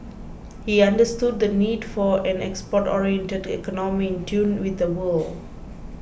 he understood the need for an export oriented economy in tune with the world